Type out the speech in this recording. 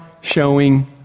showing